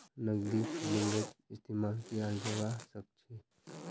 नकदीक फंडिंगत इस्तेमाल कियाल जवा सक छे